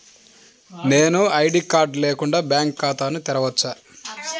నేను ID card లేకుండా bank ఖాతా తెరవచ్చా?